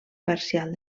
parcial